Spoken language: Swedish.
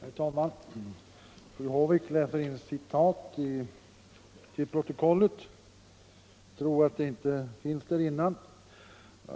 Herr talman! Fru Håvik läser in citat till protokollet och tror att de inte finns redovisade där tidigare.